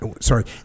sorry